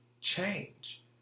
Change